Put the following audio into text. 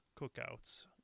cookouts